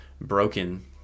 broken